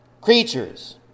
Creatures